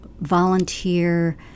volunteer